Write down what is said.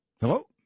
Hello